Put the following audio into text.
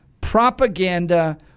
propaganda